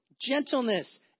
Gentleness